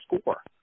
score